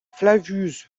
flavius